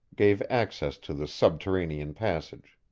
gave access to the subterranean passage.